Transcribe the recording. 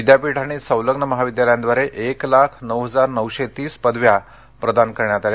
विद्यापीठ आणि संलग्न महाविद्यालयांद्वारे एक लाख नऊ हजार नऊशे तीस पदव्यां प्रदान करण्यात आल्या